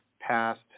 past